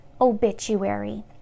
obituary